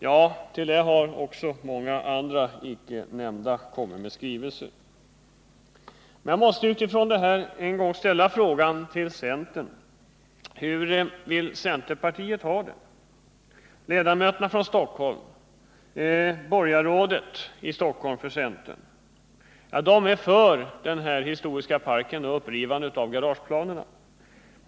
Därutöver har många andra, här icke nämnda, inkommit med skrivelser. Jag måste fråga hur centerpartiet vill ha det. Centerledamöterna i Stockholm och centerns borgarråd i Stockholms kommun är för tanken på en historisk park och ett upprivande av garageplanerna.